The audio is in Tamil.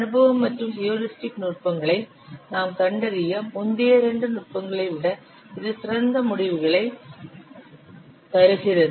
அனுபவ மற்றும் ஹியூரிஸ்டிக் நுட்பங்களை நாம் கண்டறிய முந்தைய இரண்டு நுட்பங்களை விட இது சிறந்த முடிவுகளை தருகிறது